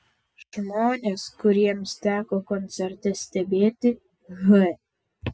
žmonės kuriems teko koncerte stebėti h